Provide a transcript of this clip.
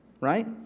right